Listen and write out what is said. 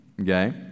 Okay